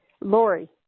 Lori